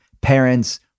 Parents